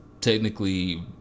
technically